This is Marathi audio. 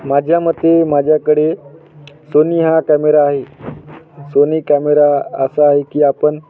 माझ्या मते माझ्याकडे सोनी हा कॅमेरा आहे सोनी कॅमेरा असा आहे की आपण